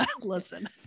Listen